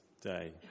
Day